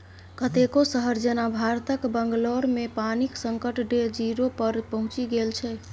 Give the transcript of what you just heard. कतेको शहर जेना भारतक बंगलौरमे पानिक संकट डे जीरो पर पहुँचि गेल छै